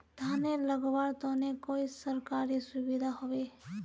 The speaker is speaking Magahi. धानेर लगवार तने कोई सरकारी सुविधा होबे?